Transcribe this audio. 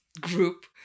group